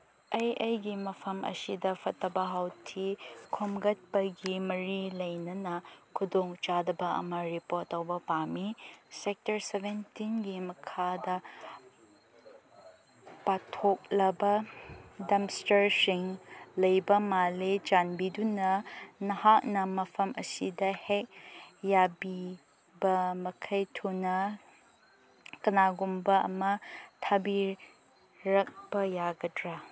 ꯑꯩ ꯑꯩꯒꯤ ꯃꯐꯝ ꯑꯁꯤꯗ ꯐꯠꯇꯕ ꯍꯥꯎꯊꯤ ꯈꯣꯝꯒꯠꯄꯒꯤ ꯃꯔꯤ ꯂꯩꯅꯅ ꯈꯨꯗꯣꯡ ꯆꯥꯗꯕ ꯑꯃ ꯔꯤꯄꯣꯔꯠ ꯇꯧꯕ ꯄꯥꯝꯃꯤ ꯁꯦꯛꯇꯔ ꯁꯚꯦꯟꯇꯤꯟꯒꯤ ꯃꯈꯥꯗ ꯄꯥꯊꯣꯛꯂꯕ ꯗꯝꯁꯇꯔꯁꯤꯡ ꯂꯩꯕ ꯃꯥꯜꯂꯤ ꯆꯥꯟꯕꯤꯗꯨꯅ ꯅꯍꯥꯛꯅ ꯃꯐꯝ ꯑꯁꯤꯗ ꯍꯦꯛ ꯌꯥꯕꯤꯕ ꯃꯈꯩ ꯊꯨꯅ ꯀꯅꯥꯒꯨꯝꯕ ꯑꯃ ꯊꯥꯕꯤꯔꯛꯄ ꯌꯥꯒꯗ꯭ꯔꯥ